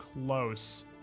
close